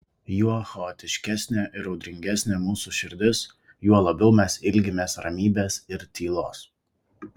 juo chaotiškesnė ir audringesnė mūsų širdis juo labiau mes ilgimės ramybės ir tylos